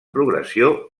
progressió